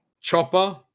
Chopper